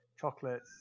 chocolates